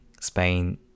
Spain